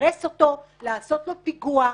לסרס אותו, לעשות לו פיגוע,